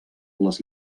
les